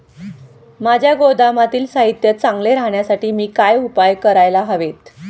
माझ्या गोदामातील साहित्य चांगले राहण्यासाठी मी काय उपाय काय करायला हवेत?